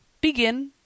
Begin